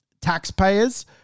taxpayers